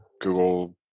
Google